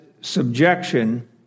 subjection